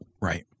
Right